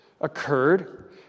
occurred